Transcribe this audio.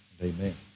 Amen